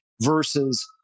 versus